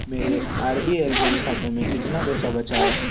मेरे R B L bank खाते में कितना पैसा बचा है